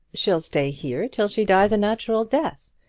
she'll stay here till she dies a natural death,